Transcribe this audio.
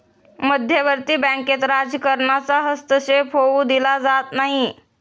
मध्यवर्ती बँकेत राजकारणाचा हस्तक्षेप होऊ दिला जात नाही